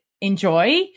enjoy